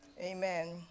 Amen